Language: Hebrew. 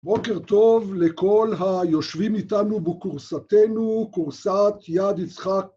בוקר טוב לכל היושבים איתנו בכורסתנו, כורסת יד יצחק.